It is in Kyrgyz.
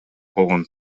болгон